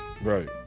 Right